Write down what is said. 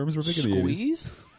Squeeze